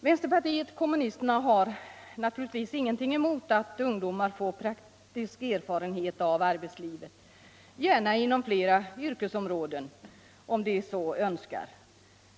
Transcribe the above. Vänsterpartiet kommunisterna har naturligtvis ingenting emot att ungdomar får praktisk erfarenhet av arbetslivet, gärna inom flera yrkesområden om de så önskar.